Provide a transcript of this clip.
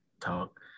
talk